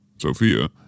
Sophia